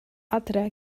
adre